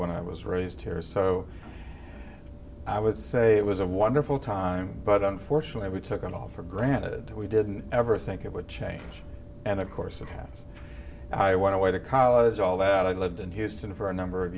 when i was raised here so i would say it was a wonderful time but unfortunately we took it all for granted we didn't ever think it would change and of course of half i want to wait a college all that i lived in houston for a number of